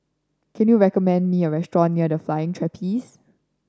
can you recommend me a restaurant near The Flying Trapeze